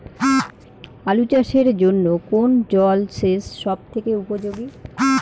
আলু চাষের জন্য কোন জল সেচ সব থেকে উপযোগী?